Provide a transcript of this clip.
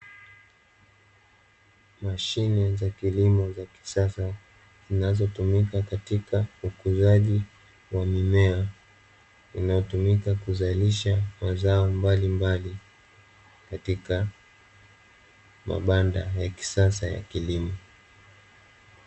Mashine za kilimo cha kisasa zinazotumika katika ukuzaji wa mimea, inayotumika kuzalisha mazao mbalimbali katika mabanda ya kisasa kilimo.